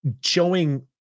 showing